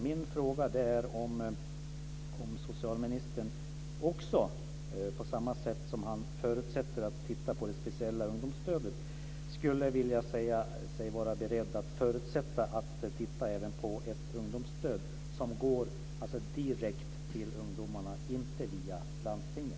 Min fråga är om socialministern, på samma sätt som han förutsätter att utredningen ska titta på det speciella ungdomsstödet, förutsätter att utredningen tittar även på ett ungdomsstöd som går direkt till ungdomarna och inte via landstingen.